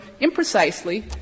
imprecisely